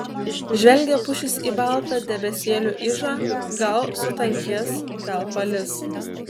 žvelgia pušys į baltą debesėlių ižą gal sutankės gal palis